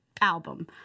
album